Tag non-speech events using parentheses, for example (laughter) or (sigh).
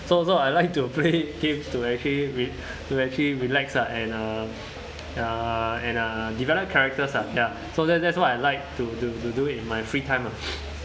so so I like to play (laughs) game to actually we to actually relax ah and uh uh and uh develop characters uh ya so so that's what I like to to to do in my free time lah (noise)